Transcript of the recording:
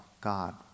God